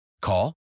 Call